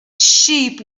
sheep